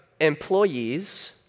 employees